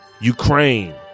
Ukraine